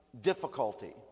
difficulty